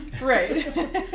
Right